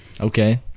Okay